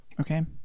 Okay